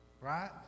right